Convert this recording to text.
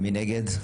מי נגד?